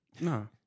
No